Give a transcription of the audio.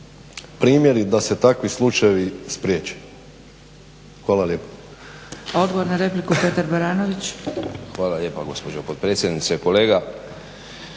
primjeri, da se takvi slučajevi spriječe. Hvala lijepa.